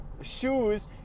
shoes